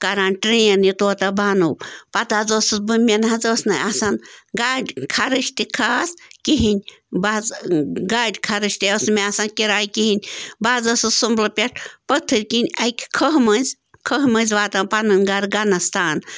کَران ٹرٛین یہِ طوطہ بانو پَتہٕ حظ ٲسٕس بہٕ مےٚ نہٕ حظ ٲس نہٕ آسان گاڑِ خرٕچ تہِ خاص کِہیٖنۍ بہٕ حظ گاڑِ خرٕچ تہِ ٲس نہٕ مےٚ آسان کِراے کِہیٖنۍ بہٕ حظ ٲسٕس سُمبلہٕ پٮ۪ٹھ پٔتھٕرۍ کِنۍ اَکہِ کھہہ مٔنٛزۍ کھہہ مٔنٛزۍ واتان پَنُن گَرٕ گَنَس تان